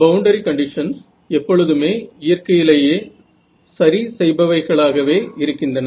boundary conditions எப்பொழுதுமே இயற்கையிலேயே சரி செய்பவைகளாகவே இருக்கின்றன